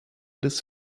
des